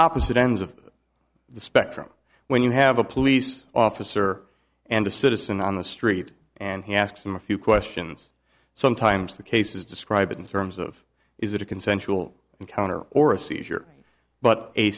opposite ends of the spectrum when you have a police officer and a citizen on the street and he asks them a few questions sometimes the case is described in terms of is it a consensual encounter or a seizure but a